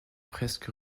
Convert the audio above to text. presque